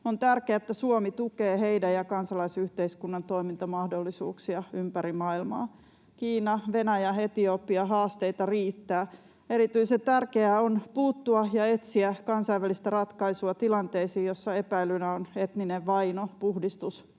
On tärkeää, että Suomi tukee heidän ja kansalaisyhteiskunnan toimintamahdollisuuksia ympäri maailmaa. Kiina, Venäjä, Etiopia — haasteita riittää. Erityisen tärkeää on puuttua ja etsiä kansainvälistä ratkaisua tilanteisiin, joissa epäilynä on etninen vaino, puhdistus